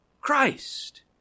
Christ